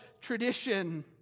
tradition